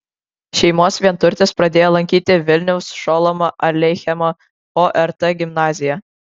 šeimos vienturtis pradėjo lankyti vilniaus šolomo aleichemo ort gimnaziją